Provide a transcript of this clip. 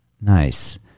Nice